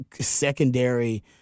secondary